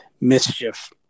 mischief